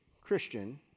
Christian